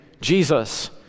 Jesus